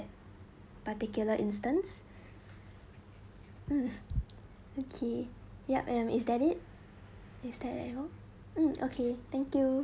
particular instance mm okay yup and instead is that it is that all okay thank you